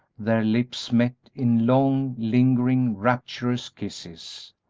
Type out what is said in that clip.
their lips met in long, lingering, rapturous kisses.